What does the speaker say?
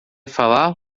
falar